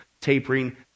tapering